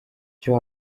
icyo